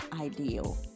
ideal